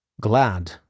glad